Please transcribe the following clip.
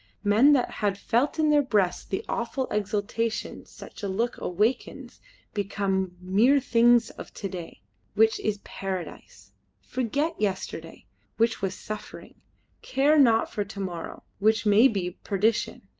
men that had felt in their breasts the awful exultation such a look awakens become mere things of to-day which is paradise forget yesterday which was suffering care not for to-morrow which may be perdition.